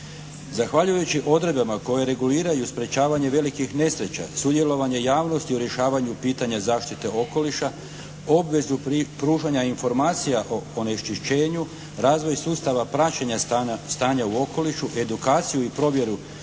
Zahvaljujući odredbama koje reguliraju sprečavanje velikih nesreća, sudjelovanje javnosti u rješavanju pitanja zaštite okoliša, obvezu pružanja informacija o onečišćenju, razvoj sustava praćenja stanja u okolišu, edukaciju i provjeru